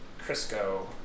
Crisco